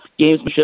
gamesmanship